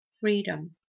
freedom